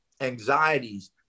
anxieties